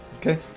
Okay